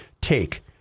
take